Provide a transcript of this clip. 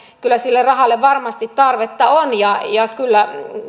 kyllä sille rahalle varmasti tarvetta on kyllä